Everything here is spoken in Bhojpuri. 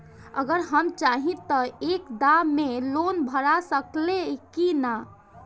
अगर हम चाहि त एक दा मे लोन भरा सकले की ना?